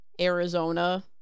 Arizona